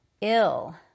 ill